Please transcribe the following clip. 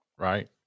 Right